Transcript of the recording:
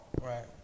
Right